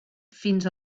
fins